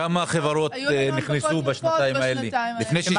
כמה חברות נכנסו בשנתיים האלה?